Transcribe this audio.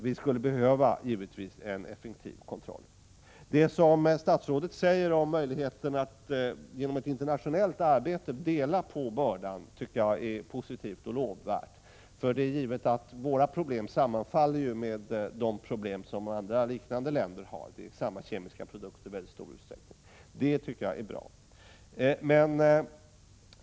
Vi skulle givetvis behöva en effektiv kontroll. Det som statsrådet säger om möjligheten att genom ett internationellt arbete dela på bördan tycker jag är positivt och lovvärt. Våra problem sammanfaller givetvis med de problem som liknande länder har. Det är samma kemiska produkter i mycket stor utsträckning. Detta tycker jag är bra.